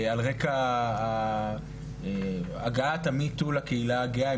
על רקע הגעת ה-METOO לקהילה הגאה,